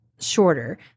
shorter